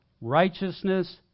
righteousness